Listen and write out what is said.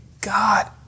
God